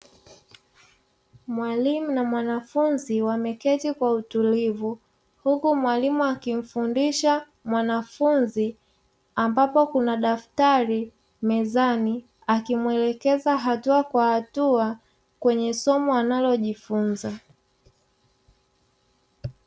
Mwalimu na mwanafunzi wameketi kwa utulivu, huku mwalimu akimfundisha mwanafunzi ambapo kuna daftari mezani, akimuelekeza hatua kwa hatua kwenye somo analojifunza.